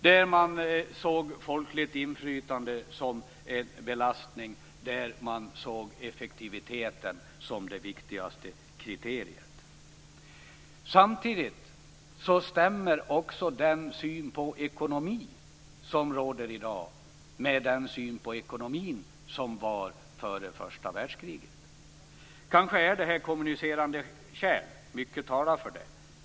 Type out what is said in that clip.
Då såg man folkligt inflytande som en belastning och effektiviteten som det viktigaste kriteriet. Samtidigt stämmer också den nu rådande synen på ekonomi med den ekonomisyn man hade före första världskriget. Kanske är detta kommunicerande kärl. Mycket talar för det.